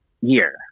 year